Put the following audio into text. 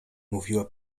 mówiła